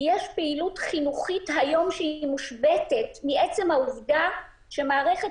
יש פעילות חינוכית היום שהיא מושבתת מעצם העובדה שמערכת